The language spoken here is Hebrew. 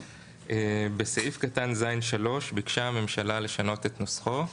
בסעיף 11א(ז)(3), ביקשה הממשלה לשנות את נוסחו.